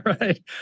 right